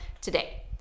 today